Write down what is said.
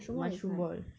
mushroom ball